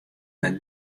net